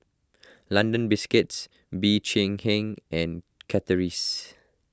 London Biscuits Bee Cheng Hiang and Chateraise